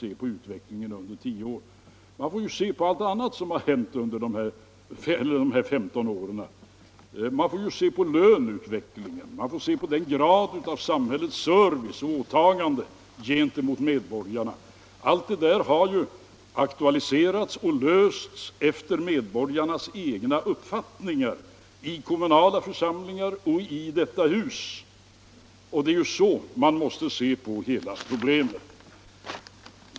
Man får lov att se till allt annat som hänt under denna tid. Man får se på löneutvecklingen, man får se på graden av service och åtaganden från samhällets sida gentemot medborgarna. Alla dessa frågor har aktualiserats och lösts efter medborgarnas egna uppfattningar - i kommunala församlingar och i detta hus. Det är så man måste se på hela problemet.